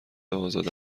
ازاده